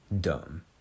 dumb